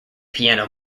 piano